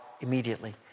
immediately